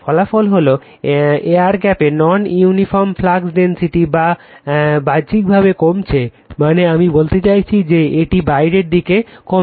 ফলাফল হল এয়ার গ্যাপে নন ইউনিফর্ম ফ্লাক্স ডেনসিটি যা বাহ্যিকভাবে কমছে মানে আমি বলতে চাইছি যে এটি বাইরের দিকে কমছে